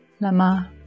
Lama